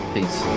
Peace